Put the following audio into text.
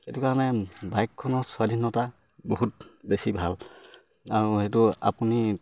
সেইটো কাৰণে বাইকখনৰ স্বাধীনতা বহুত বেছি ভাল আৰু সেইটো আপুনি